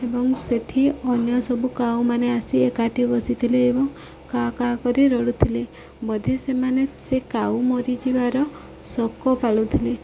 ଏବଂ ସେଇଠି ଅନ୍ୟ ସବୁ କାଉ ମାନେ ଆସି ଏକାଠି ବସିଥିଲେ ଏବଂ କା କା କରି ରଡ଼ୁଥିଲେ ବୋଧେ ସେମାନେ ସେ କାଉ ମରି ଯିବାର ଶୋକ ପାଳୁଥିଲେ